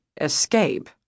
Escape